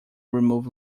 remove